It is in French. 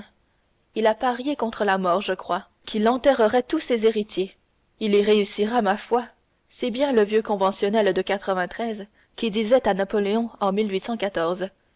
il a parié contre la mort je crois qu'il enterrerait tous ses héritiers il y réussira ma foi c'est bien le vieux conventionnel de qui disait à napoléon en